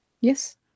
Yes